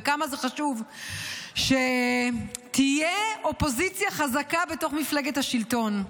וכמה זה חשוב שתהיה אופוזיציה חזקה בתוך מפלגת השלטון,